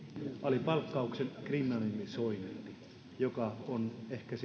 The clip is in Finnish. alipalkkauksen kriminalisoinnin joka on ehkä